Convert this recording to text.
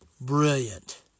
Brilliant